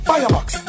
Firebox